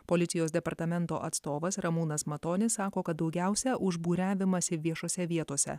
policijos departamento atstovas ramūnas matonis sako kad daugiausia už būriavimąsi viešose vietose